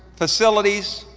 facilities,